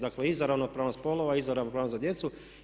Dakle i za ravnopravnost spolova, i za ravnopravnost za djecu.